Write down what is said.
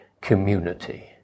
community